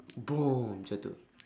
boom jatuh